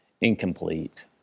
incomplete